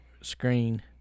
screen